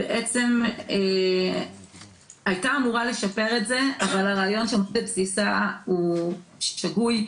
בעצם הייתה אמורה לשפר את זה אבל הרעיון שעומד בבסיסה הוא שגוי.